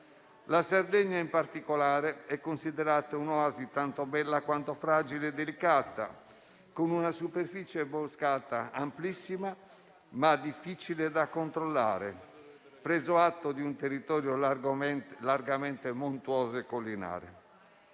La Sardegna, in particolare, è considerata un'oasi tanto bella, quanto fragile e delicata, con una superficie boscata amplissima, ma difficile da controllare, stante il territorio largamente montuoso e collinare.